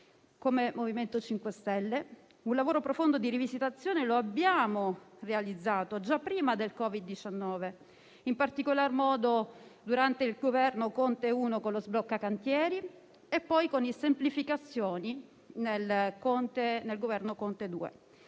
Come MoVimento 5 Stelle, un lavoro profondo di rivisitazione lo abbiamo realizzato già prima del Covid-19, in particolar modo durante il primo Governo Conte con lo sblocca-cantieri e poi con il decreto-legge semplificazioni nel secondo Governo Conte.